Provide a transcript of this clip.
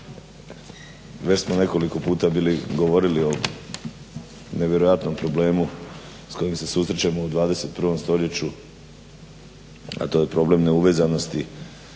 Već smo nekoliko puta bili govorili o nevjerojatnom problemu s kojim se susrećemo u 21. stoljeću, a to je problem neuvezanosti